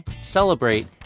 celebrate